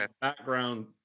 background